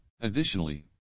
Additionally